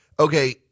Okay